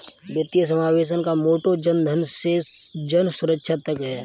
वित्तीय समावेशन का मोटो जनधन से जनसुरक्षा तक है